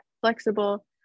flexible